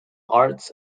arts